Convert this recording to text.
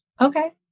Okay